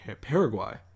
Paraguay